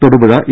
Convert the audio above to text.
Thodupuzha A